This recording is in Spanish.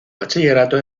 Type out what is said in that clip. bachillerato